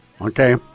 Okay